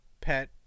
pet